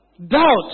Doubt